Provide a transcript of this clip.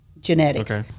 Genetics